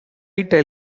tell